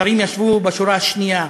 שרים ישבו בשורה השנייה.